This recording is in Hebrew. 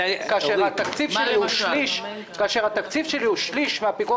כאשר התקציב שלי הוא שליש מזה של הפיקוח על הבנקים.